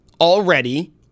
already